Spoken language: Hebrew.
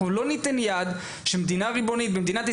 אנחנו לא ניתן יד לזה שבמדינת ישראל